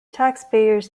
taxpayers